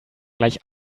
gleich